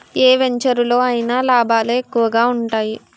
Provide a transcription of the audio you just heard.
ఏ వెంచెరులో అయినా లాభాలే ఎక్కువగా ఉంటాయి